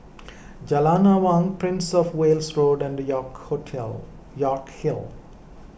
Jalan Awang Prince of Wales Road and York Hotle York Hill